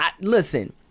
Listen